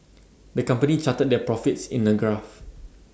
the company charted their profits in A graph